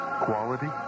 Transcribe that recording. Quality